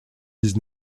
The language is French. dix